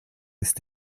ist